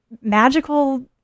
magical